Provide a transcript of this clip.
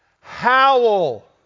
Howl